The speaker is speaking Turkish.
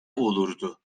olurdu